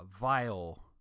vile